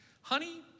Honey